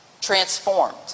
transformed